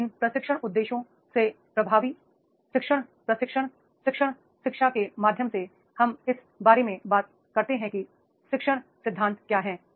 तो इन प्रशिक्षण उद्देश्यों से प्रभावी शिक्षण प्रशिक्षण शिक्षण शिक्षा के माध्यम से हम इस बारे में बात करते हैं कि शिक्षण सिद्धांत क्या हैं